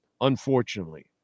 unfortunately